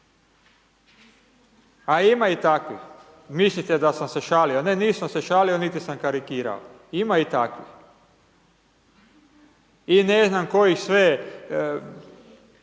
A ima i takvih. Mislite da sam se šalio? Ne, nisam se šalio niti sam karikirao, ima i takvih. I ne znam kojih sve